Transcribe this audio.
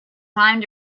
time